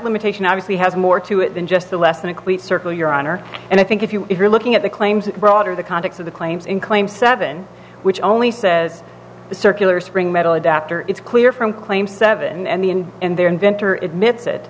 limitation obviously has more to it than just the lesson equates circle your honor and i think if you if you're looking at the claims broader the context of the claims in claim seven which only says the circular spring metal adapter it's clear from claim seven and the and in their inventor it myth it that